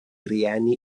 rieni